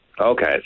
Okay